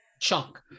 chunk